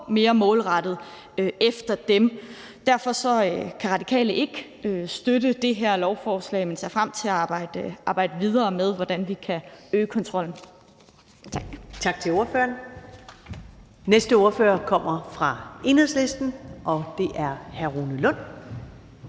mere målrettet efter dem. Derfor kan Radikale ikke støtte det her forslag, men ser frem til at arbejde videre med, hvordan vi kan øge kontrollen.